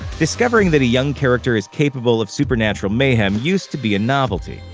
discovering that a young character is capable of supernatural mayhem used to be a novelty.